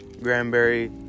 Granberry